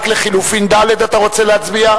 רק על לחלופין ד' אתה רוצה להצביע?